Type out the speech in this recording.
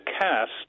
cast